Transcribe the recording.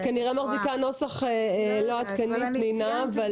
את כנראה מחזיקה נוסח לא עדכני, פנינה.